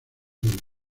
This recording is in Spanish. del